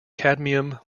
cadmium